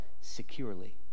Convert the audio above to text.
securely